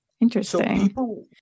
Interesting